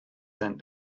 sent